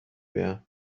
bear